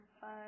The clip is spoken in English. five